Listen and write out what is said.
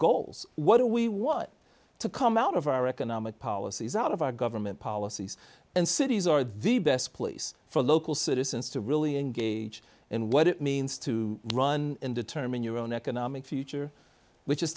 goals what are we what to come out of our economic policies out of our government policies and cities are the best place for local citizens to really engage in what it means to run and determine your own economic future which is